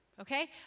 okay